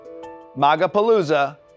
Magapalooza